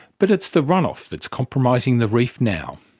but it's the run-off that's compromising the reef now.